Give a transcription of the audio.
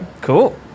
Cool